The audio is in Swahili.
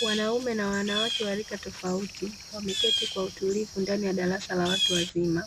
Wanaume na wanawake wa rika tofauti, wameketi kwa utulivu ndani ya darasa la watu wazima.